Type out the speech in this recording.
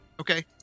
Okay